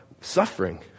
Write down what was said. suffering